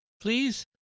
Please